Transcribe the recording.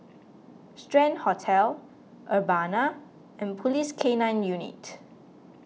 Strand Hotel Urbana and Police K nine Unit